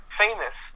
famous